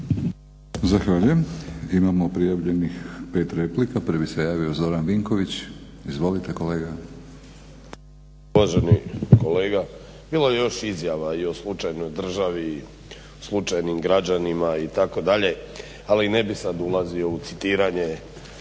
Zahvaljujem. Imamo prijavljenih pet replika. Prvi se javio Zoran Vinković. Izvolite kolega. **Vinković, Zoran (HDSSB)** Uvaženi kolega, bilo je još izjava i o slučajnoj državi, slučajnim građanima itd., ali ne bih sad ulazio u citiranje